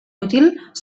útil